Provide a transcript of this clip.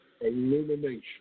illumination